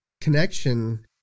connection